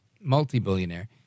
multi-billionaire